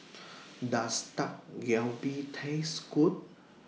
Does Dak Galbi Taste Good